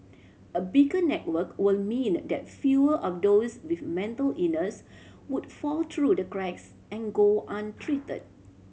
a bigger network will mean that fewer of those with mental illness would fall through the cracks and go untreated